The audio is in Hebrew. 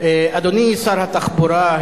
אדוני שר התחבורה,